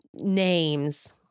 names